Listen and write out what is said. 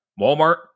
Walmart